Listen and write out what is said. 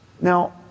Now